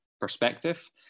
perspective